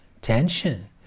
tension